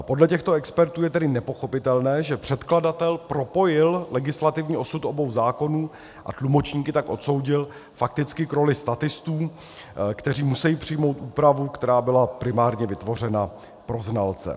Podle těchto expertů je tedy nepochopitelné, že předkladatel propojil legislativní osud obou zákonů, a tlumočníky tak odsoudil fakticky k roli statistů, kteří musejí přijmout úpravu, která byla primárně vytvořena pro znalce.